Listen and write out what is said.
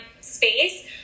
space –